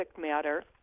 matter